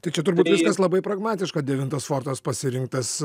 tai čia turbūt viskas labai pragmatiška devintas fortas pasirinktas